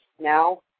now